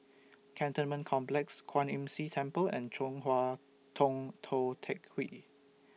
Cantonment Complex Kwan Imm See Temple and Chong Hua Tong Tou Teck Hwee